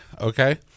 okay